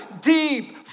deep